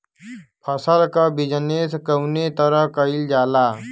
फसल क बिजनेस कउने तरह कईल जाला?